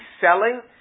selling